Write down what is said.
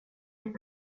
ett